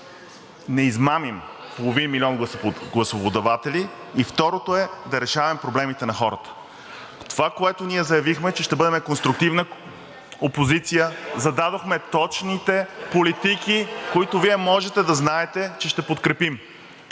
не измамим половин милион гласоподаватели. И второто е: да решаваме проблемите на хората. (Шум и реплики от ГЕРБ-СДС.) Това, което ние заявихме, че ще бъдем конструктивна опозиция, зададохме точните политики, които Вие можете да знаете, че ще подкрепим.